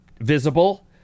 visible